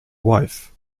wife